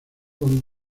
con